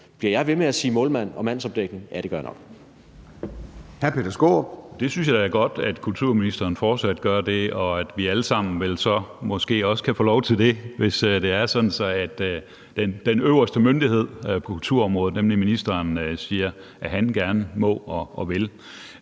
Bliver jeg ved med at sige »målmand« og »mandsopdækning«? Ja, det gør jeg